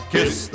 Kiss